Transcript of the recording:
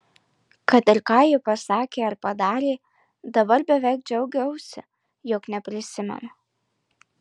kad ir ką ji pasakė ar padarė dabar beveik džiaugiausi jog neprisimenu